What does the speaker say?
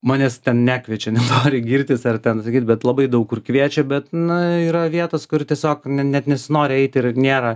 manęs ten nekviečia nenoriu girtis ar ten sakyt bet labai daug kur kviečia bet na yra vietos kur tiesiog net nesinori eiti ir nėra